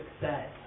success